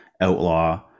outlaw